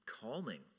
calming